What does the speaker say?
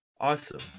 Awesome